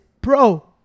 Bro